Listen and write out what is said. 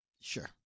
Sure